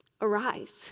arise